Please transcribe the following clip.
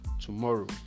tomorrow